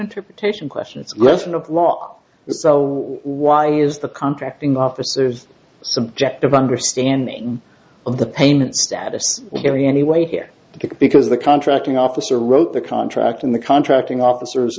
interpretation question it's a lesson of law so why is the contracting officers subjective understanding of the payment status hearing anyway here because the contracting officer wrote the contract in the contracting officers